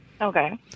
Okay